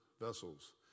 vessels